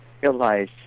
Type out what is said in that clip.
realize